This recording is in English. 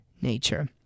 nature